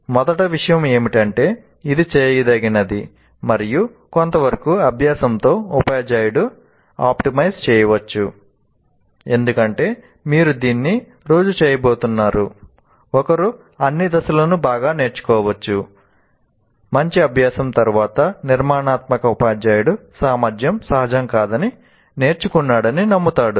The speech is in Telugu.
మొదటి విషయం ఏమిటంటే ఇది చేయదగినది మరియు కొంతవరకు అభ్యాసంతో ఉపాధ్యాయుడు ఆప్టిమైజ్ చేయవచ్చు మంచి అభ్యాసం తరువాత నిర్మాణాత్మక ఉపాధ్యాయుడు సామర్ధ్యం సహజం కాదని నేర్చుకున్నాడని నమ్ముతాడు